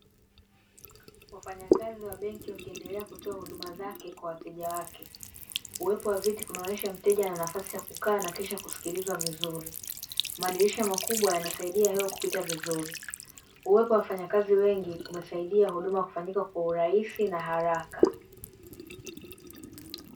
Wafanyakazi wa benki wakiendelea kutoa huduma zake kwa wateja wake. Uwepo wa viti kunaonyesha mteja ananafasi ya kukaa na kisha kusikilizwa vizuri. Madirisha makubwa yanasaidia hewa kupita vizuri. Uwepo wa wafanyakazi wengi kumesaidia huduma kufanyika kwa urahisi na haraka.